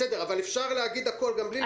אפשר להגיד הכול גם בלי לצעוק.